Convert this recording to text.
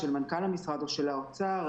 מנכ"ל המשרד או האוצר,